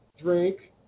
drink